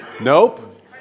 Nope